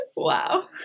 Wow